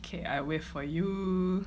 I wait for you